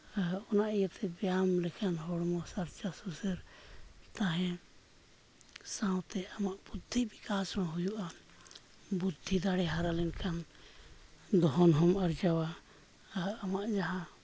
ᱟᱨ ᱚᱱᱟ ᱤᱭᱟᱹᱛᱮ ᱵᱮᱭᱟᱢ ᱞᱮᱠᱷᱟᱱ ᱦᱚᱲᱢᱚ ᱥᱟᱨᱪᱟ ᱥᱩᱥᱟᱹᱨ ᱛᱟᱦᱮᱸ ᱥᱟᱶᱛᱮ ᱟᱢᱟᱜ ᱵᱩᱫᱽᱫᱷᱤ ᱵᱤᱠᱟᱥ ᱦᱚᱸ ᱦᱩᱭᱩᱜᱼᱟ ᱵᱩᱫᱽᱫᱷᱤ ᱫᱟᱲᱮ ᱦᱟᱨᱟ ᱞᱮᱱᱠᱷᱟᱱ ᱫᱷᱚᱱ ᱦᱚᱢ ᱟᱨᱡᱟᱣᱟ ᱟᱨ ᱟᱢᱟᱜ ᱡᱟᱦᱟᱸ